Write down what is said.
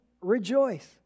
rejoice